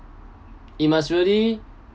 it must really